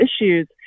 issues